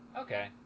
Okay